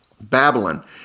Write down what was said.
Babylon